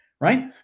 right